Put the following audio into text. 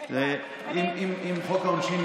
אם חוק העונשין,